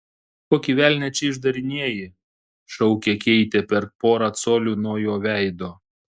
kokį velnią čia išdarinėji šaukė keitė per porą colių nuo jo veido